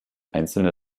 einzelne